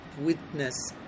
witness